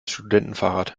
studentenfahrrad